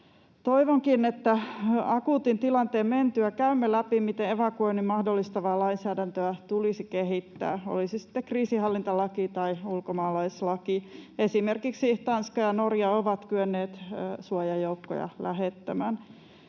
Toivonkin, että akuutin tilanteen mentyä käymme läpi, miten evakuoinnin mahdollistavaa lainsäädäntöä tulisi kehittää, oli se sitten kriisinhallintalaki tai ulkomaalaislaki. Esimerkiksi Tanska ja Norja ovat kyenneet suojajoukkoja lähettämään.